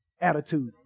attitude